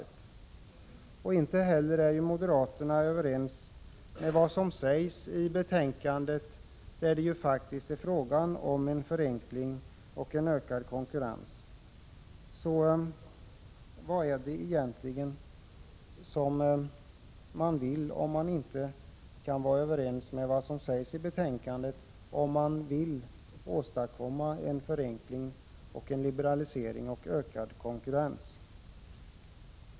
Moderaterna är inte heller överens med övriga i utskottet om vad som sägs i betänkandet när det gäller förenkling och ökad konkurrens. Varför kan inte moderaterna vara överens med oss andra, om de vill åstadkomma förenkling, liberalisering och ökad konkurrens?